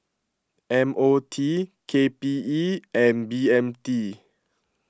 M O T K P E and B M T